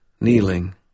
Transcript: kneeling